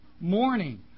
morning